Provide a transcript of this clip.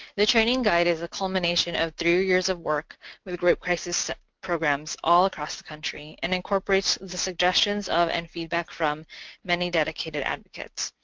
the training guide is a culmination of three years of work with rape crisis programs all across the country and incorporates the suggestions of and feedback from many dedicated advocates.